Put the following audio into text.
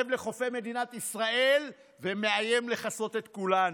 לחופי מדינת ישראל ומאיים לכסות את כולנו.